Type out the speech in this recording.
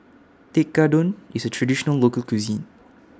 Tekkadon IS A Traditional Local Cuisine